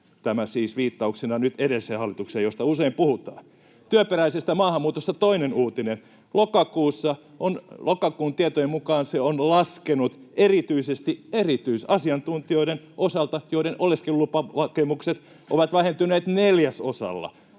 Tämä siis viittauksena nyt edelliseen hallitukseen, josta usein puhutaan. Työperäisestä maahanmuutosta toinen uutinen. Lokakuun tietojen mukaan se on laskenut erityisesti erityisasiantuntijoiden osalta, joiden oleskelulupahakemukset ovat vähentyneet neljäsosalla.